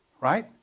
Right